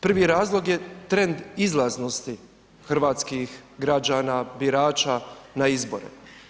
Prvi razlog je trend izlaznosti hrvatskih građana, birača na izbore.